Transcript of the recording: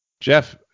Jeff